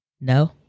No